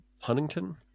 Huntington